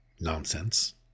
nonsense